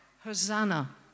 Hosanna